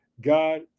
God